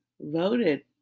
voted